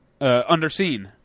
underseen